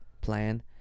plan